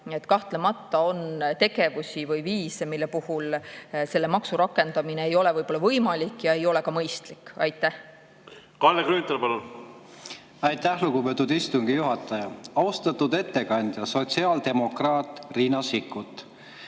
kahtlemata on tegevusi või viise, mille puhul selle maksu rakendamine ei ole võimalik ja ei ole ka mõistlik. Kalle Grünthal, palun! Aitäh, lugupeetud istungi juhataja! Austatud ettekandja, sotsiaaldemokraat Riina Sikkut!